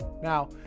Now